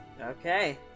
okay